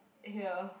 here